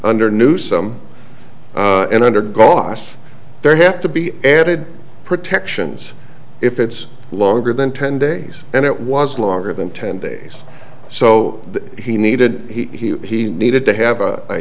under new some and under goss there have to be added protections if it's longer than ten days and it was longer than ten days so he needed he needed to have a